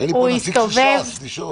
אין לי פה נציג של ש"ס לשאול.